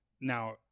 Now